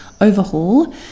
overhaul